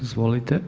Izvolite.